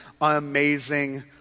amazing